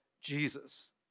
Jesus